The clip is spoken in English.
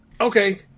Okay